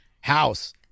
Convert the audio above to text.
House